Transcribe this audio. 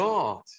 God